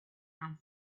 and